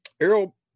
Errol